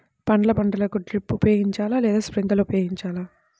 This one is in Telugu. పండ్ల పంటలకు డ్రిప్ ఉపయోగించాలా లేదా స్ప్రింక్లర్ ఉపయోగించాలా?